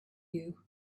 you